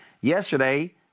Yesterday